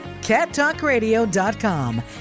cattalkradio.com